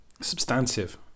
substantive